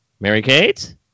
Mary-Kate